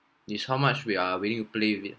is how much we are really to play with it